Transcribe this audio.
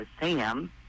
Sam